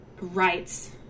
rights